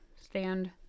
stand